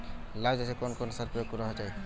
লাউ চাষে কোন কোন সার প্রয়োগ করা হয়?